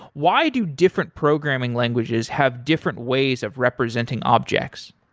why do different programming languages have different ways of representing objects?